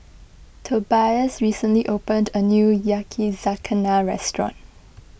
Tobias recently opened a new Yakizakana restaurant